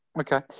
okay